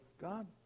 god